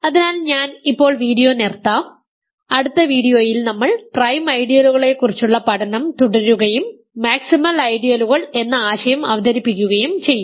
അതിനാൽ ഞാൻ ഇപ്പോൾ വീഡിയോ നിർത്താം അടുത്ത വീഡിയോയിൽ നമ്മൾ പ്രൈം ഐഡിയലുകളെക്കുറിച്ചുള്ള പഠനം തുടരുകയും മാക്സിമൽ ഐഡിയലുകൾ എന്ന ആശയം അവതരിപ്പിക്കുകയും ചെയ്യും